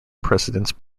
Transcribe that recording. precedence